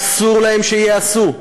אסור שייעשו.